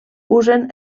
usen